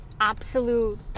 absolute